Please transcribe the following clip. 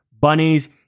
bunnies